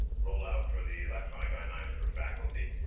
rollout for the electronic i nine s for faculty.